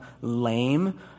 lame